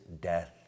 death